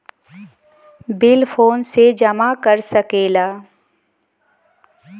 bill फोने से जमा कर सकला